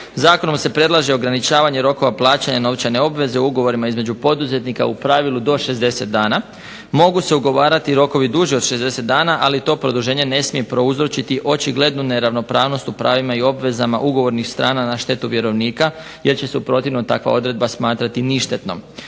Zakonom se predlaže ograničavanje rokova plaćanja novčane obveze u ugovorima između poduzetnika u pravilu do 60 dana. Mogu se ugovarati rokovi duži od 60 dana, ali to produženje ne smije prouzročiti očiglednu neravnopravnost u pravima i obvezama ugovornih strana na štetu vjerovnika jer će se u protivnom takva odredba smatrati ništetnom.